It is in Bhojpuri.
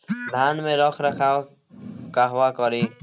धान के रख रखाव कहवा करी?